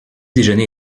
déjeuner